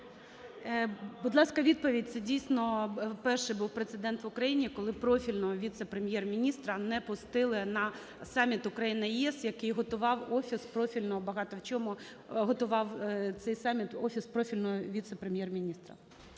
Будь ласка, відповідь. Це, дійсно, перший був прецедент в Україні, коли профільного віце-прем'єр-міністра не пустили на саміт Україна - ЄС, який готував офіс профільного, багато в чому готував